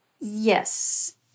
Yes